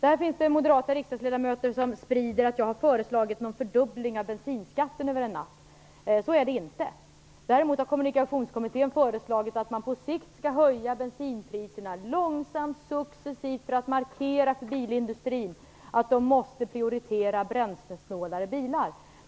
Det finns moderata riksdagsledamöter som sprider påståendet att jag har föreslagit att bensinskatten skall fördubblas över en natt. Så är det inte. Däremot har Kommunikationskommittén föreslagit att man på sikt skall höja bensinpriserna, långsamt och successivt, för att markera för bilindustrin att de måste prioritera bränslesnålare bilar.